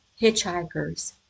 hitchhikers